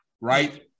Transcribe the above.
right